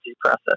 process